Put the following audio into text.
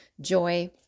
joy